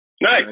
Nice